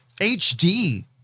HD